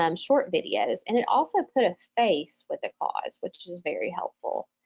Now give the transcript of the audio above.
um short videos, and it also put a face with a cause which is very helpful.